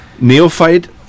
Neophyte